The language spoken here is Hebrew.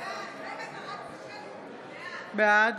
בעד